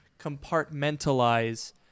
compartmentalize